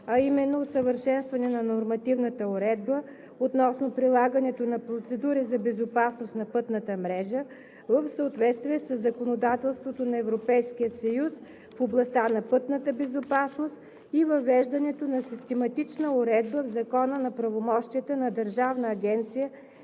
а именно усъвършенстване на нормативната уредба относно прилагането на процедури за безопасност на пътната мрежа в съответствие със законодателството на Европейския съюз в областта на пътната безопасност и въвеждането на систематична уредба в закона на правомощията на Държавна агенция